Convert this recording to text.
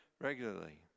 regularly